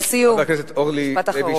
חברת הכנסת אורלי לוי,